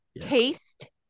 taste